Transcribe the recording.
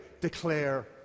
declare